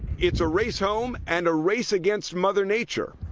it's a race home and a race against mother nature.